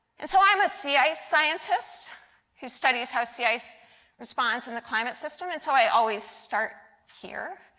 and so i am a sea ice scientist who studies how sea ice responds in the climate system. and so i always start here.